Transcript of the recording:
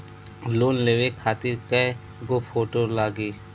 Loan लेवे खातिर कै गो फोटो लागी?